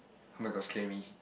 [oh]-my-gosh scare me